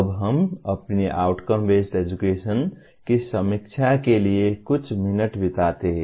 अब हम अपनी आउटकम बेस्ड एजुकेशन की समीक्षा के लिए कुछ मिनट बिताते हैं